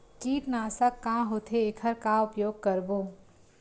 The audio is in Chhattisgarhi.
कीटनाशक का होथे एखर का उपयोग करबो?